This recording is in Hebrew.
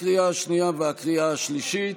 לקריאה השנייה ולקריאה השלישית.